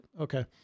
Okay